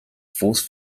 force